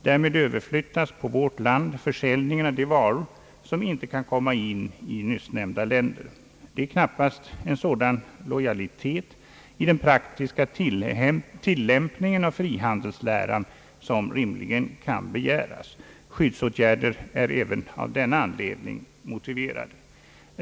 Därmed överflyttas på vårt land försäljningen av de varor som inte kan komma in i nyssnämnda länder. Det är knappast en sådan lojalitet 1 den praktiska tillämpningen av frihandelsläran som rimligen kan begäras. Skyddsåtgärder är även av denna an ledning motiverade.